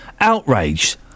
outraged